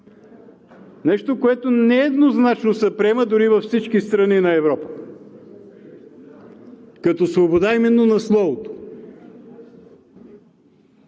нещо, което нееднозначно се приема дори във всички страни на Европа, като свобода, именно на словото.